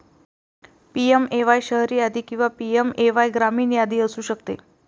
PMAY शहरी यादी किंवा पी.एम.ए.वाय ग्रामीण यादी असू शकते